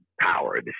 power